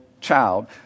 child